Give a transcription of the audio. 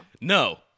No